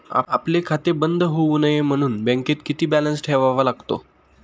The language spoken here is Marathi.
आपले खाते बंद होऊ नये म्हणून बँकेत किती बॅलन्स ठेवावा लागतो?